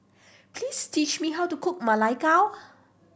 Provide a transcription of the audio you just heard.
please teach me how to cook Ma Lai Gao